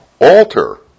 Alter